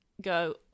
go